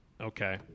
Okay